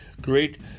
great